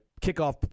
kickoff